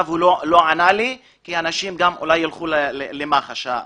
הוא לא ענה לי כי אולי יהיה טיפול של מח"ש.